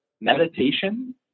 meditation